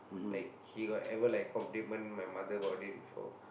like he got ever like compliment my mother about it before